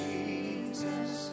Jesus